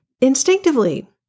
instinctively